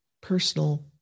personal